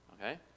Okay